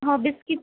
हो बिस्कीट